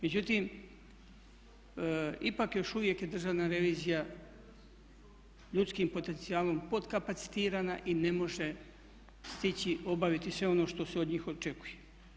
Međutim, ipak još uvijek je Državna revizija ljudskim potencijalom potkapacitirana i ne može stići obaviti sve ono što se od njih očekuje.